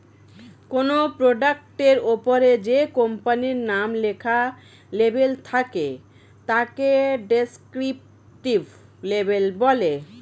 কোনো প্রোডাক্টের ওপরে যে কোম্পানির নাম লেখা লেবেল থাকে তাকে ডেসক্রিপটিভ লেবেল বলে